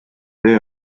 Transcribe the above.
töö